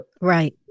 Right